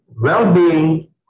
well-being